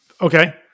okay